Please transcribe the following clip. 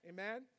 Amen